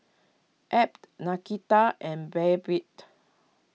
Ebb Nakita and Babette